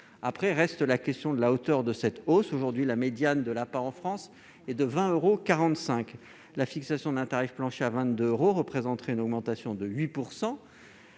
Après, la question de la hauteur d'une telle hausse demeure. Aujourd'hui, la médiane de l'APA en France est de 20,45 euros. La fixation d'un tarif plancher à 22 euros représenterait une augmentation de 8 %.